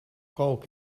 kalk